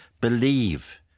believe